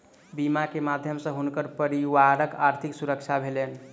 बीमा के माध्यम सॅ हुनकर परिवारक आर्थिक सुरक्षा भेलैन